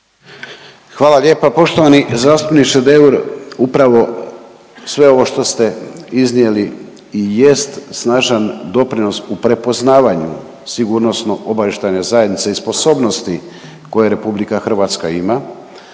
Hvala lijepa. Poštovani zastupniče Deur upravo sve ovo što ste iznijeli i jest snažan doprinos u prepoznavanju sigurnosno-obavještajne zajednice i sposobnosti koje RH ima,